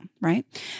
right